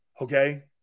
Okay